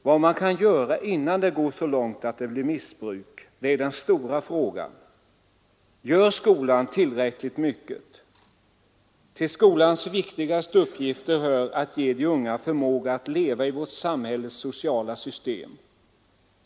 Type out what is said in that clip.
Vad kan man göra innan det går så långt att det blir missbruk? Det är den stora frågan. Gör skolan tillräckligt mycket? Till skolans viktigaste uppgifter hör att ge de unga förmåga att leva i vårt samhälles sociala system.